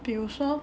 比如说